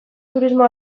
turismo